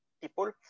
people